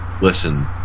Listen